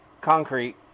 concrete